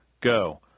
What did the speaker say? Go